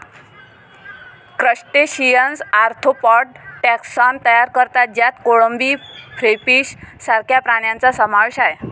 crustaceans arthropod taxon तयार करतात ज्यात कोळंबी, क्रेफिश सारख्या प्राण्यांचा समावेश आहे